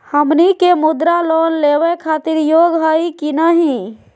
हमनी के मुद्रा लोन लेवे खातीर योग्य हई की नही?